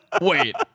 Wait